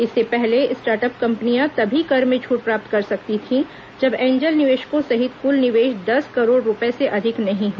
इससे पहले स्टार्टअप कम्पनियां तभी कर में छूट प्राप्त कर सकती थीं जब एंजल निवेशकों सहित कुल निवेश दस करोड़ रुपये से अधिक नहीं हो